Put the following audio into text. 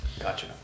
Gotcha